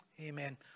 Amen